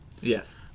Yes